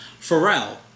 Pharrell